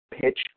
Pitch